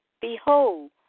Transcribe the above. Behold